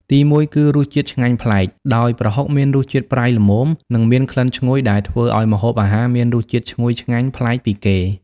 ទីមួយ គឺ រសជាតិឆ្ងាញ់ប្លែក ដោយប្រហុកមានរសជាតិប្រៃល្មម និងមានក្លិនឈ្ងុយដែលធ្វើឱ្យម្ហូបអាហារមានរសជាតិឈ្ងុយឆ្ងាញ់ប្លែកពីគេ។